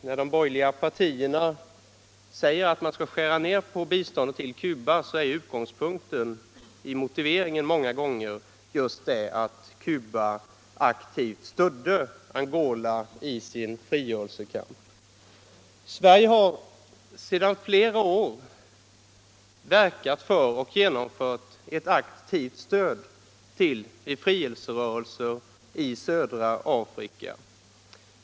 När de borgerliga partierna hävdar att man skall skära ner biståndet till Cuba är utgångspunkten i motiveringen många gånger att Cuba aktivt stödde Angola 1 dess frigörelsekamp. Sverige har sedan flera år verkat för och genomfört ett aktivt stöd till befrielserörelser i södra Afrika.